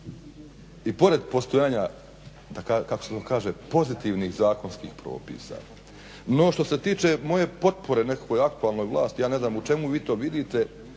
kako se ono kaže pozitivnih zakonskih propisa. No, što se tiče moje potpore nekakvoj aktualnoj vlasti ja ne znam u čemu vi to vidite